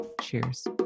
Cheers